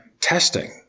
testing